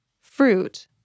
fruit